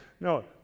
No